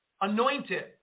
Anointed